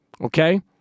Okay